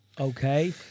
okay